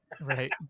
Right